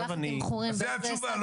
אז זו התשובה.